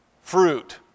fruit